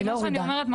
מה שאני אומרת,